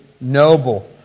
noble